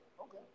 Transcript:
Okay